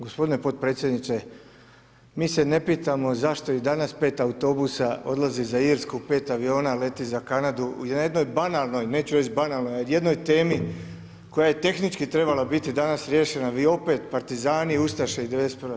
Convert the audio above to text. Gospodine potpredsjedniče mi se ne pitamo zašto i danas 5 autobusa odlazi za Irsku, 5 aviona leti za Kanadu, o jednoj banalnoj, neću reći banalnoj o jednoj temi koja je tehnički trebala biti danas riješena vi opet partizani, ustaše i 91.